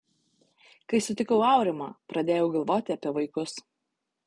kai sutikau aurimą pradėjau galvoti apie vaikus